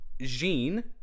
Jean